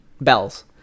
bells